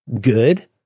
good